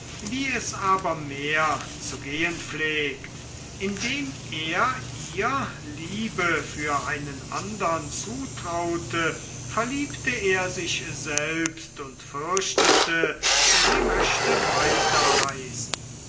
wie es aber mehr zu gehen pflegt indem er ihr liebe für einen andern zutraute verliebte er sich selbst und fürchtete sie möchte